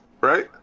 right